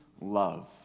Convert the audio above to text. love